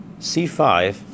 C5